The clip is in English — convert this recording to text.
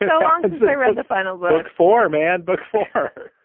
you know um they wrote the final book form and book for her.